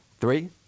Three